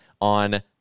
on